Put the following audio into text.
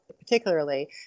particularly